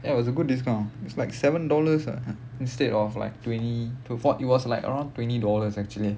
ya it was a good discount it's like seven dollars instead of like twenty to fort~ it was like around twenty dollars actually